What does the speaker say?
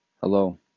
Hello